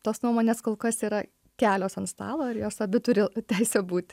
tos nuomonės kol kas yra kelios ant stalo ir jos abi turi teisę būti